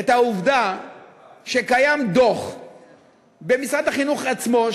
את העובדה שקיים דוח במשרד החינוך עצמו,